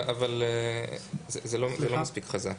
זה לא מספיק חזק.